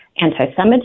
anti-Semitism